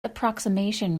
approximation